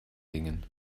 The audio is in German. dingen